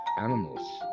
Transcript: animals